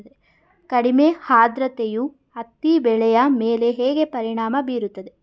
ಕಡಿಮೆ ಆದ್ರತೆಯು ಹತ್ತಿ ಬೆಳೆಯ ಮೇಲೆ ಹೇಗೆ ಪರಿಣಾಮ ಬೀರುತ್ತದೆ?